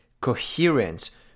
coherence